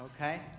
okay